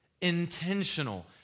intentional